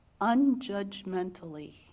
unjudgmentally